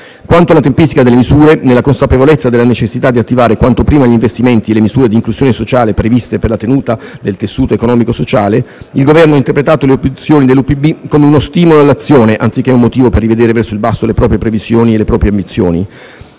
Quanto alla tempistica delle misure, nella consapevolezza della necessità di attivare quanto prima gli investimenti e le misure di inclusione sociale previste per la tenuta del tessuto economico-sociale, il Governo ha interpretato le obiezioni dell'UPB come uno stimolo all'azione anziché un motivo per rivedere verso il basso le proprie previsioni e le proprie ambizioni.